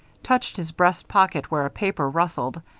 touched his breast pocket where a paper rustled,